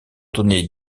donner